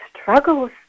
struggles